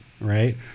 right